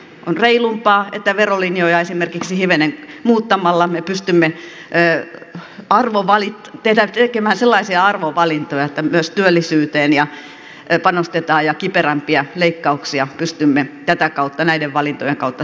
on reilumpaa että esimerkiksi verolinjoja hivenen muuttamalla me pystymme tekemään sellaisia arvovalintoja että myös työllisyyteen panostetaan ja kiperämpiä leikkauksia pystymme tätä kautta näiden valintojen kautta torjumaan